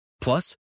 Plus